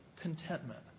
contentment